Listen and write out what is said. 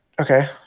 Okay